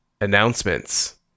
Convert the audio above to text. Announcements